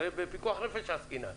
הרי בפיקוח נפש עסקינן.